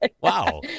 Wow